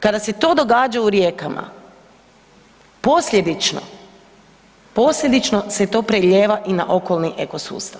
Kada se to događa u rijekama, posljedično se to prelijeva i na okolni eko sustav.